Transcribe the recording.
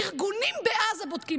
ארגונים בעזה בודקים.